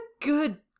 good